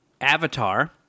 Avatar